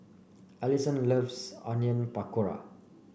Allison loves Onion Pakora